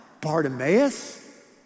Bartimaeus